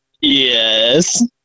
Yes